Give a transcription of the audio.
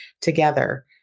together